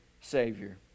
Savior